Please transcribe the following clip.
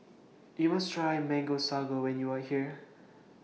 YOU must Try Mango Sago when YOU Are here